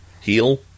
Heal